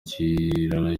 kiraro